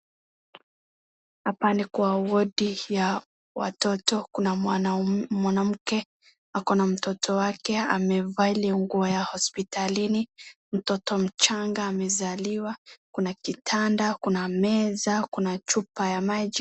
Hapa ni kwa wodi ya watoto. Kuna mwanam mwanamke akona mtoto wake amevaa ile nguo ya hospitalini, mtoto mchanga amezaliwa, kuna kitanda, kuna meza, kuna chupa ya maji.